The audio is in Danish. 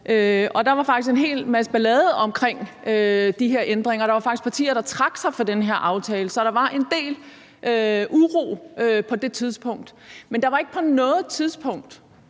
faktisk en hel masse ballade omkring de her ændringer. Der var faktisk partier, der trak sig fra den her aftale. Så der var en del uro på det tidspunkt. Men der var ikke noget tidspunkt,